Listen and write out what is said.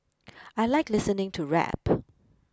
I like listening to rap